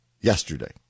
Yesterday